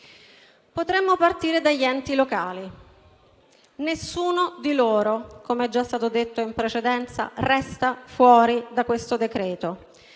Potremmo partire dagli enti locali. Nessuno di loro, come già è stato detto in precedenza, resta fuori da questo decreto-legge.